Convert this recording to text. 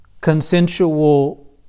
Consensual